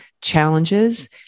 challenges